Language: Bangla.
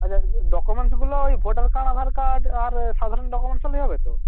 আছা যে ডকুমেন্টসগুলো ওই ভোটার কার্ড আধার কার্ড আর সাধারণ ডকুমেন্টস হলেই হবে তো